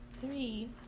Three